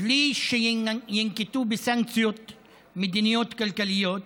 בלי שינקטו סנקציות מדיניות-כלכליות